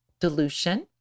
dilution